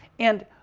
and